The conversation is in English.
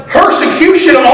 persecution